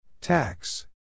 Tax